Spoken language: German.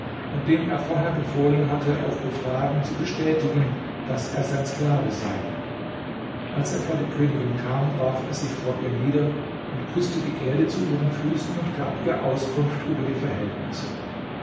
und dem er vorher befohlen hatte auf befragen zu bestätigen daß er sein sklave sei als er vor die königin kam warf er sich vor ihr nieder und küßte die erde zu ihren füßen und gab ihr auskunft über die verhältnisse